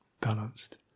balanced